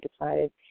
decided